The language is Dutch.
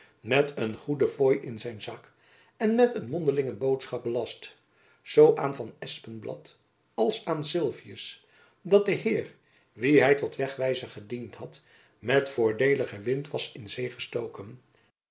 met een goede fooi in zijn zak en met een mondelinge boodschap belast zoo aan van espenblad als aan sylvius dat de heir wien hy tot wegwijzer gediend had met voordeeligen wind was in zee gestoken